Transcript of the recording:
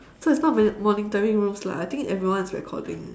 so it's not moni~ monitoring rooms lah I think everyone's recording